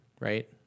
right